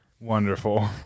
Wonderful